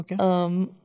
Okay